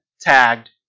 tagged